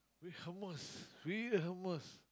wait how much really leh how much